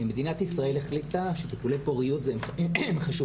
מדינת ישראל החליטה שטיפולי פוריות הם חשובים